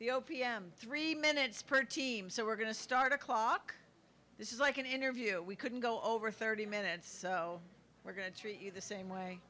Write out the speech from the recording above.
the o p m three minutes per team so we're going to start a clock this is like an interview we couldn't go over thirty minutes so we're going to treat you the same way